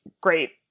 great